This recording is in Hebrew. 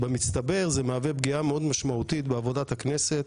במצטבר זה מהווה פגיעה מאוד משמעותית בעבודת הכנסת,